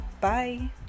Bye